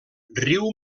riu